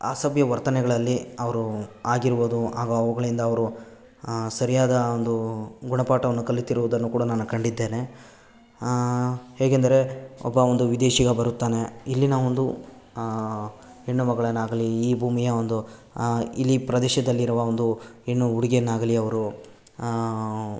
ಅಸಭ್ಯ ವರ್ತನೆಗಳಲ್ಲಿ ಅವರು ಆಗಿರುವುದು ಹಾಗೂ ಅವುಗಳಿಂದ ಅವರು ಸರಿಯಾದ ಒಂದು ಗುಣಪಾಟವನ್ನು ಕಲಿತಿರುವುದನ್ನು ಕೂಡ ನಾನು ಕಂಡಿದ್ದೇನೆ ಹೇಗೆಂದರೆ ಒಬ್ಬ ಒಂದು ವಿದೇಶಿಗ ಬರುತ್ತಾನೆ ಇಲ್ಲಿನ ಒಂದು ಹೆಣ್ಣು ಮಗಳನ್ನಾಗಲಿ ಈ ಬೂಮಿಯ ಒಂದು ಇಲ್ಲಿ ಪ್ರದೇಶದಲ್ಲಿರುವ ಒಂದು ಹೆಣ್ಣು ಹುಡುಗಿಯನ್ನಾಗಲಿ ಅವರು